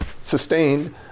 sustained